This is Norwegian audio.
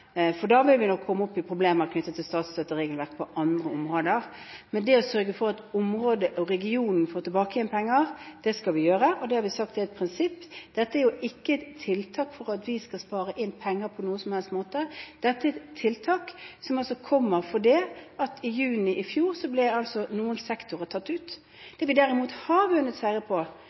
for da vil vi nok få problemer knyttet til statsstøtteregelverket på andre områder. Men vi skal sørge for at området og regionen får tilbake penger. Det har vi sagt er et prinsipp. Dette er jo ikke et tiltak for at vi skal spare penger på noen som helst måte, dette er et tiltak som kommer fordi noen sektorer ble tatt ut i juni fjor. Der vi derimot har vunnet seire, er på andre områder i Nord-Norge som sto i fare for å bli tatt ut, nemlig Tromsø og Bodø. De har